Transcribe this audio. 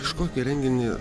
kažkokį renginį